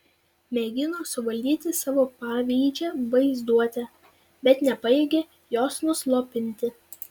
mėgino suvaldyti savo pavydžią vaizduotę bet nepajėgė jos nuslopinti